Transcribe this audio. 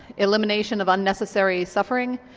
elimination of unnecessary suffering,